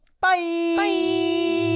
Bye